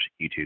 YouTube